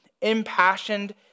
impassioned